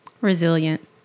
Resilient